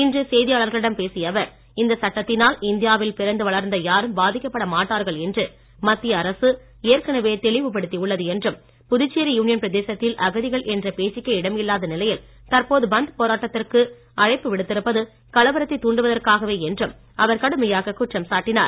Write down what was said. இன்று செய்தியாளர்களிடம் பேசிய அவர் இந்த சட்டத்தினால் இந்தியாவில் பிறந்து வளர்ந்த யாரும் பாதிக்கப்பட மாட்டார்கள் என்று மத்திய அரசு ஏற்கனவே தெளிவுப்படுத்தியுள்ளது என்றும் புதுச்சேரி யூனியன் பிரதேசத்தில் அகதிகள் என்ற பேச்சுக்கே இடம் இல்லாத நிலையில் தற்போது பந்த் போராட்டத்திற்கு அழைப்பு விடுத்திருப்பது கலவரத்தை தூண்டுவதற்காகவே என்றும் அவர் கடுமையாக குற்றம் சாட்டினார்